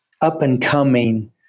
up-and-coming